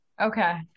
Okay